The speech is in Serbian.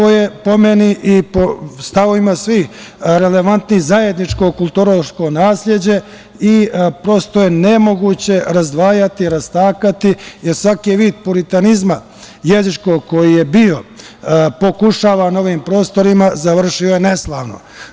To je, po meni i po stavovima svih relevantnih, zajedničko kulturološko nasleđe i prosto je nemoguće razdvajati i rastakati, jer svaki vid puritanizma jezičkog koji je bio pokušavan na ovim prostorima završio je neslavno.